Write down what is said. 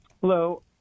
Hello